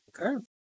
Okay